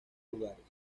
lugares